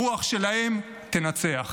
הרוח שלהם תנצח.